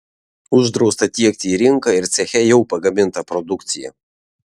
uždrausta tiekti į rinką ir ceche jau pagamintą produkciją